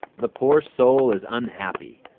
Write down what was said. the poor soul is unhappy.